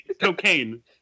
cocaine